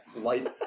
light